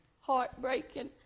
heartbreaking